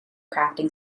crafting